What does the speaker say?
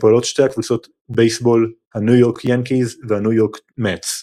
פועלות שתי קבוצות בייסבול הניו יורק יאנקיז והניו יורק מטס.